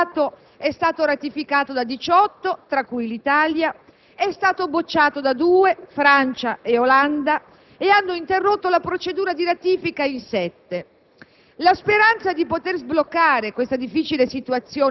Per chi non lo ricordasse, dei 25 Paesi il Trattato è stato ratificato da 18 (tra cui l'Italia), è stato bocciato da 2 (Francia e Olanda) e hanno interrotto la procedura di ratifica in 7.